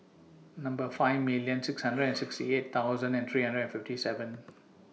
Number five million six hundred and sixty eight thousand and three hundred and fifty seven